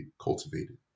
cultivated